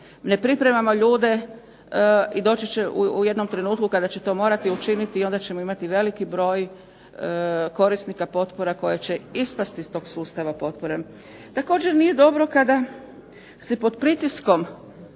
ne pripremamo ljude, doći će trenutak kada će to morati učiniti onda će imati veliki broj korisnika potpora koja će ispasti iz tog sustava potpora. Također nije dobro kada se pod pritiskom